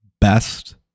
Best